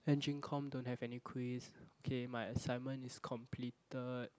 engine com don't have any quiz okay my assignment is completed